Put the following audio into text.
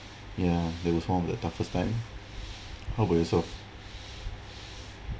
ya there was one of the toughest time how about yourself